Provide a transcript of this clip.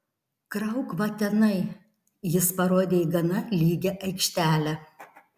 krauk va tenai jis parodė į gana lygią aikštelę